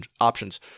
options